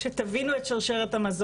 אז רק ככה שתבינו את שרשרת המזון.